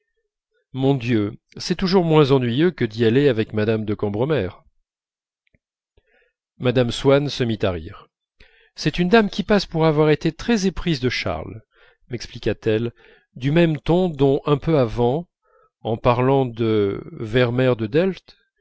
mon dieu c'est toujours moins ennuyeux que d'y aller avec mme de cambremer mme swann se mit à rire c'est une dame qui passe pour avoir été très éprise de charles mexpliqua t elle du même ton dont un peu avant en parlant de ver meer de delft